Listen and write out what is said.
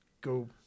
go